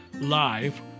live